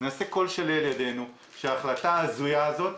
נעשה כל שלאל ידינו שההחלטה ההזויה הזאת